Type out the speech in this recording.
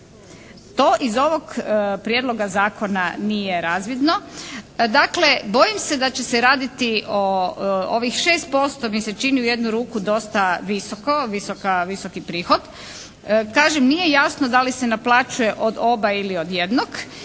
To iz ovoga Prijedloga zakona nije razvidno. Dakle bojim se da će se raditi o, ovih 6% mi se čini u jednu ruku dosta visoko, visoka, visoki prihod. Kažem nije jasno da li se naplaćuje od oba ili od jednog